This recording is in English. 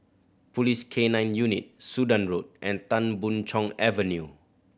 Police K Nine Unit Sudan Road and Tan Boon Chong Avenue